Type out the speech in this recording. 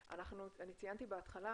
אני ציינתי בהתחלה,